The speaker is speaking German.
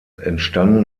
entstanden